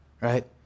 right